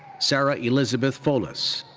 sarah elizabeth folus.